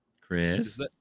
Chris